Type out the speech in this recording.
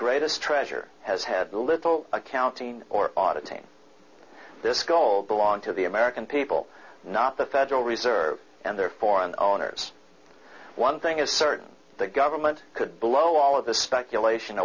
greatest treasure has had little accounting or auditing this skull belonged to the american people not the federal reserve and their foreign owners one thing is certain the government could blow all of the speculation